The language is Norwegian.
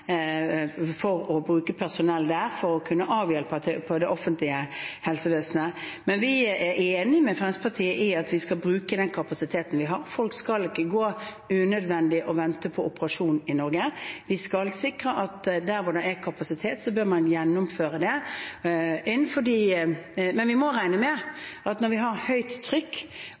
for å bruke personell der for å kunne avhjelpe det offentlige helsevesenet. Men vi er enig med Fremskrittspartiet i at vi skal bruke den kapasiteten vi har. Folk skal ikke gå unødvendig og vente på operasjon i Norge. Vi skal sikre at der hvor det er kapasitet, bør man gjennomføre det. Men vi må regne med at når vi har høyt trykk,